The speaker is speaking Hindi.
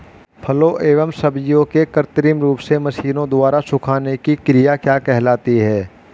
फलों एवं सब्जियों के कृत्रिम रूप से मशीनों द्वारा सुखाने की क्रिया क्या कहलाती है?